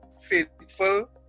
faithful